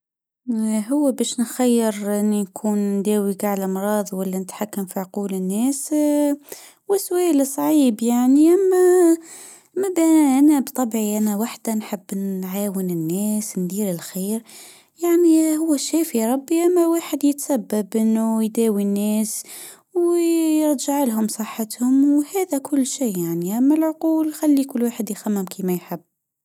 اه هو باش نخير راني نكون نداوي قاع المراض ولا نتحكم في عقول الناس. وشوية لشعيب يعني انا بطبعي انا وحدة نحب نعاون الناس ندير الخير. يعني ربي اما واحد يتسبب انو يداوي ويجعلهم صحتهم خلي كل واحد يخمم كما يحب